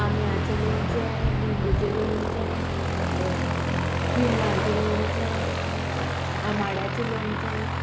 आम्याचें लोणचें लिंबूचें लोणचें बिमलांचें लोणचें आमाड्याचें लोणचें